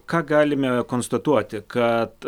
ką galime konstatuoti kad